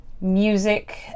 music